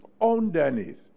underneath